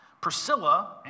Priscilla